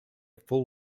full